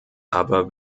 aber